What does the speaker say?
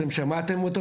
אתם שמעתם אותו?